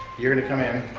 you're gonna come in.